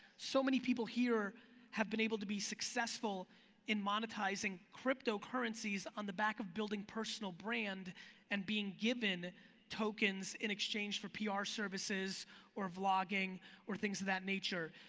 so many people here have been able to be successful in monetizing crypto currencies on the back of building personal brand and being given tokens in exchange for ah pr services or vlogging or things of that nature.